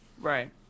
Right